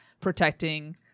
protecting